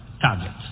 targets